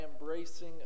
embracing